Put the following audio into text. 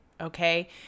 okay